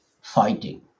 fighting